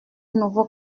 nouveau